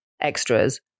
extras